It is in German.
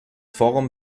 forum